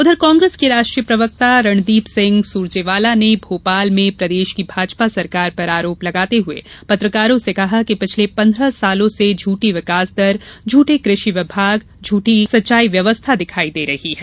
उधर कांग्रेस के राष्ट्रीय प्रवक्ता रणदीप सिंह सुरजेवाला ने भोपाल में प्रदेश की भाजपा सरकार पर आरोप लगाते हुए पत्रकारों से कहा कि पिछले पन्द्रह सालों से झूंठी विकासदर झूंठे कृषि विभाग झूंठी सिंचाई व्यवस्था दिखाई दे रही है